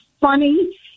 funny